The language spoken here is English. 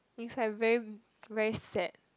is like very very sad